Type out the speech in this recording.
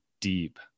deep